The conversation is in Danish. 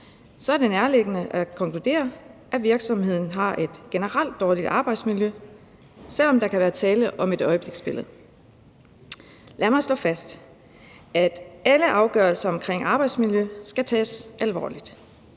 er det nærliggende at konkludere, at virksomheden har et generelt dårligt arbejdsmiljø, selv om der kan være tale om et øjebliksbillede. Lad mig slå fast, at alle afgørelser omkring arbejdsmiljø skal tages alvorligt.